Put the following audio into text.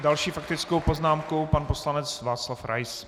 Další s faktickou poznámkou pan poslanec Václav Rais.